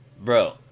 bro